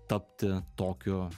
tapti tokiu